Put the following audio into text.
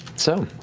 so,